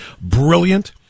brilliant